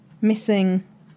missing